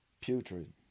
Putrid